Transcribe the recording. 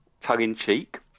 tug-in-cheek